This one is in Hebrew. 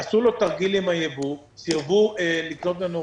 עשו לו תרגיל עם הייבוא, סירבו לקנות ממנו